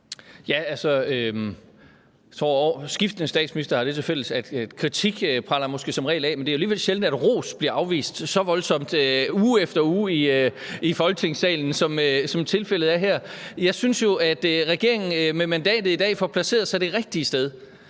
(RV): Skiftende statsministre har det til fælles, at kritik som regel preller af, men det er alligevel sjældent, at ros bliver afvist så voldsomt uge efter uge i Folketingssalen, som tilfældet er her. Jeg synes jo, at regeringen med mandatet i dag får placeret sig det rigtige sted